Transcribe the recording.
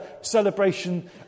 celebration